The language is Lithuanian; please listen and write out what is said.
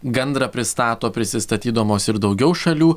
gandrą pristato prisistatydamos ir daugiau šalių